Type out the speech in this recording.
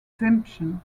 exemption